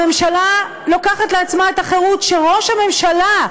הממשלה לוקחת לעצמה את החירות שראש הממשלה,